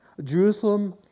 Jerusalem